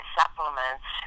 supplements